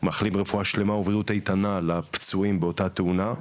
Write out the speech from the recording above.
מאחלים החלמה מלאה ובריאות איתנה לפצועים באותה תאונה,